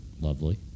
lovely